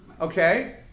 Okay